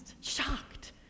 shocked